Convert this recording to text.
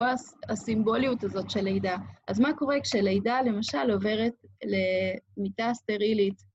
הסימבוליות הזאת של לידה. אז מה קורה כשלידה למשל עוברת למיטה סטרילית?